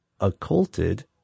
occulted